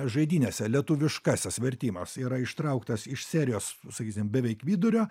žaidynėse lietuviškasis vertimas yra ištrauktas iš serijos sakysim beveik vidurio